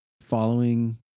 following